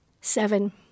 Seven